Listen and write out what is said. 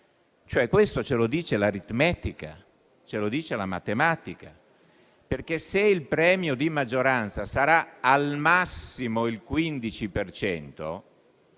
e questo ce lo dice l'aritmetica, ce lo dice la matematica. Se il premio di maggioranza sarà al massimo del 15